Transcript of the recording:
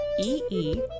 E-E